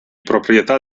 proprietà